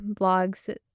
blogs